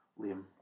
Liam